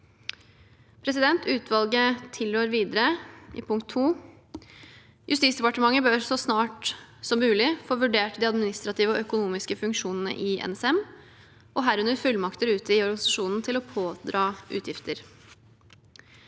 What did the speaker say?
36. Utvalget tilrår videre, i punkt 2: «JD bør så snart som mulig få vurdert de administrative og økonomiske funksjonene i NSM, og herunder fullmakter ute i organisasjonen til å pådra utgifter».